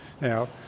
Now